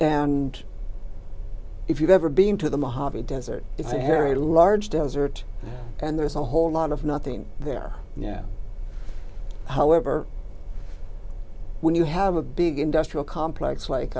and if you've ever been to the mojave desert it's a very large desert and there's a whole lot of nothing there yeah however when you have a big industrial complex like